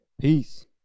Peace